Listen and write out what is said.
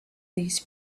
these